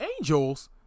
Angels –